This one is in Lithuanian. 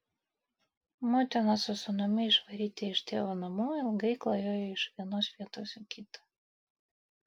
motina su sūnumi išvaryti iš tėvo namų ilgai klajojo iš vienos vietos į kitą